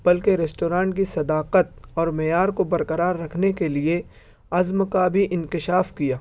بلکہ ریسٹورانٹ کی صداقت اور معیار کو برقرار رکھنے کے لیے عزم کا بھی انکشاف کیا